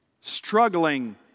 struggling